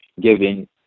giving